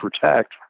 protect